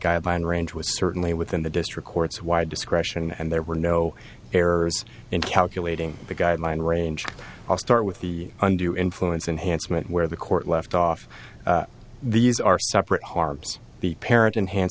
guideline range was certainly within the district court's wide discretion and there were no errors in calculating the guideline range i'll start with the undue influence and handsome and where the court left off these are separate harms the parent enhan